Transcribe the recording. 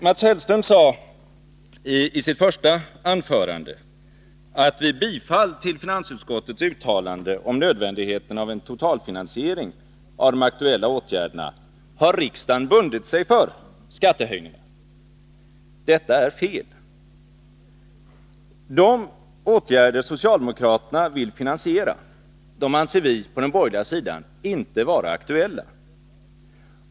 Mats Hellström sade i sitt första anförande att vid bifall till finansutskottets uttalande om nödvändigheten av en totalfinansiering av de aktuella åtgärderna har riksdagen bundit sig för skattehöjningar. Detta är fel. De åtgärder socialdemokraterna vill finansiera anser vi på den borgerliga sidan inte vara aktuella.